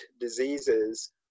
diseases